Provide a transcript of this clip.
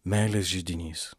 meilės židinys